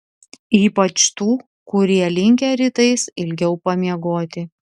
ypač tų kurie linkę rytais ilgiau pamiegoti